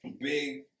big